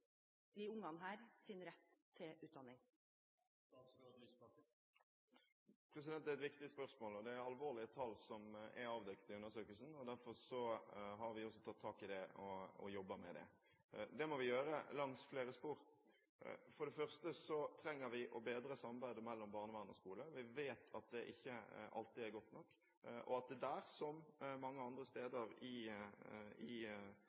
rett til utdanning? Det er et viktig spørsmål, og det er alvorlige tall som er avdekket i undersøkelsen. Derfor har vi også tatt tak i det og jobber med det. Det må vi gjøre langs flere spor. For det første trenger vi å bedre samarbeidet mellom barnevern og skole. Vi vet at det ikke alltid er godt nok, og at det i kommunene, som mange andre steder i